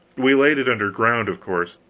we laid it under ground, of course,